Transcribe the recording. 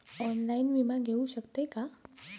Online विमा घेऊ शकतय का?